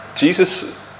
Jesus